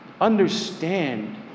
understand